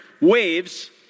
waves